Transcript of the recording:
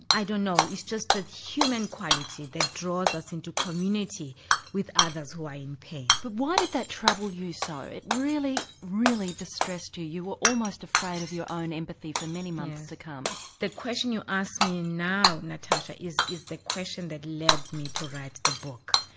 i don't know, it's just that human quality that draws us into community with others who are in pain. but why did that trouble you so, it really, really distressed you, you were almost afraid of your own empathy for many months to come. the question you ask me now natasha is is the question that led me to write the book.